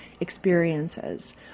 experiences